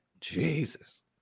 Jesus